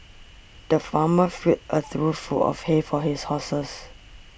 the farmer filled a trough full of hay for his horses